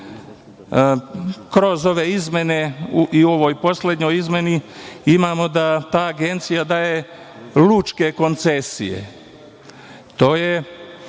Kroz ove izmene i u ovoj poslednjoj izmeni imamo da Agencija daje lučke koncesije.